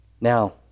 Now